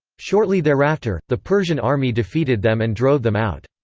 shortly thereafter, the persian army defeated them and drove them out.